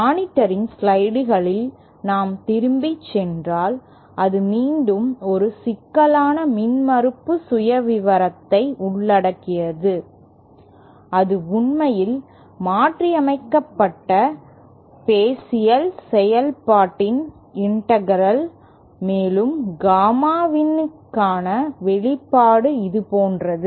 மானிட்டரின் ஸ்லைடுகளில் நாம் திரும்பிச் சென்றால் அது மீண்டும் ஒரு சிக்கலான மின்மறுப்பு சுயவிவரத்தை உள்ளடக்கியது இது உண்மையில் மாற்றியமைக்கப்பட்ட பெசல் செயல்பாட்டின் இண்டெகரல் மேலும் காமா இன்னுக்கான வெளிப்பாடு இது போன்றது